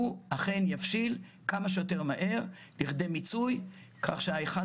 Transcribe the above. והוא אכן יבשיל כמה שיותר מהר לכדי מיצוי כך שההיכל